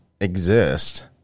exist